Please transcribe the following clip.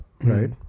right